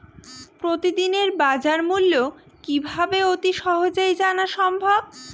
প্রতিদিনের বাজারমূল্য কিভাবে অতি সহজেই জানা সম্ভব?